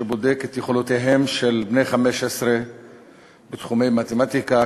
שבודק את יכולותיהם של בני 15 בתחומי מתמטיקה,